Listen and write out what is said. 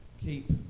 keep